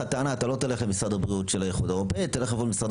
טענה לא תלך למשרד הבריאות של האיחוד האירופאי אלא למשרד